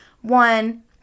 one